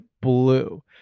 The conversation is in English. blue